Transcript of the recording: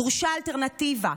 דרושה אלטרנטיבה.